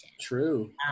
True